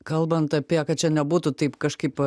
kalbant apie kad čia nebūtų taip kažkaip